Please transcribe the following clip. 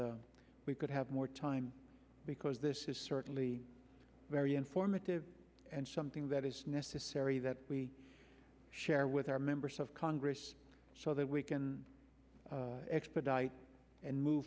we could have more time because this is certainly very informative and something that is necessary that we share with our members of congress so that we can expedite and move